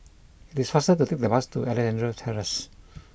it is faster to take the bus to Alexandra Terrace